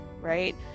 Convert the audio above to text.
Right